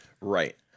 Right